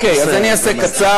לא, אז בוא תסיים,